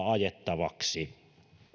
ajettavaksi